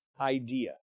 idea